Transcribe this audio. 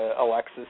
Alexis